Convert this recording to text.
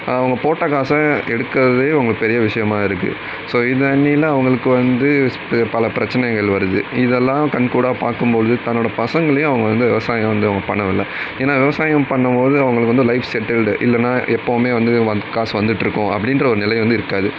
அவங்க போட்ட காசை எடுக்கிறதே அவங்களுக்கு பெரிய விஷயமா இருக்குது ஸோ இதன்னில அவங்களுக்கு வந்து பல பிரச்சனைகள் வருகுது இதெல்லாம் கண் கூடாக பார்க்கும் போது தன்னோடய பசங்களையும் அவங்க வந்து விவசாயம் வந்து அவங்க பண்ண விடலை ஏன்னால் விவசாயம் பண்ணும் போது அவங்களுக்கு வந்து லைஃப் செட்டில்டு இல்லைனா எப்பவுமே வந்து காசு வந்துட்டு இருக்கும் அப்படின்ற ஒரு நிலை வந்து இருக்காது